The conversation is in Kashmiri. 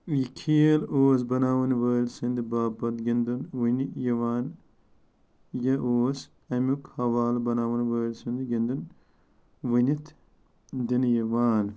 یہِ کھیل اوس بناون وٲلۍ سٕندِ باپتھ گِندُن ونہٕ یوان یہِ اوس امیُک حوالہٕ بناون وٲلۍ سند گِندُن ؤنِتھ دِنہٕ یوان